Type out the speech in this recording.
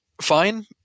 fine